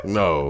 no